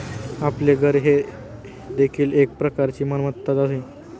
आपले घर हे देखील एक प्रकारची मालमत्ताच आहे